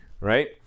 right